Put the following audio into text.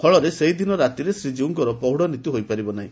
ଫଳରେ ସେହିଦିନ ରାତିରେ ଶ୍ରୀକୀଉଙ୍କର ପହ୍ତଡ ନୀତି ହୋଇପାରିବ ନାହି